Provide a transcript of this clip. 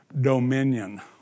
dominion